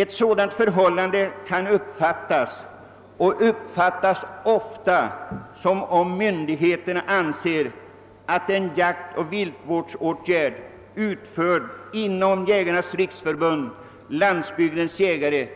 Ett sådant förhållande kan uppfattas och uppfattas ofta som att myndigheterna anser att en jaktoch viltvårdande åtgärd utförd inom Jägarnas riksförbund —Landsbygdens jägare